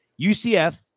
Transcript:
ucf